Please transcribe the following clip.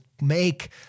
make